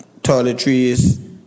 toiletries